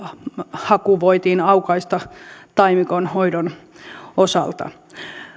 haku voitiin aukaista taimikonhoidon osalta